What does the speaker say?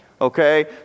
okay